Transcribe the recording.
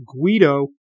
Guido